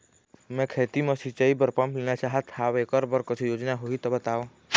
मैं खेती म सिचाई बर पंप लेना चाहत हाव, एकर बर कुछू योजना होही त बताव?